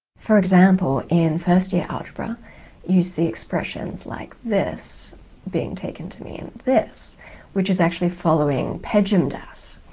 for example in first year algebra you see expressions like this being taken to mean this which is actually following pejmdas.